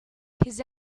his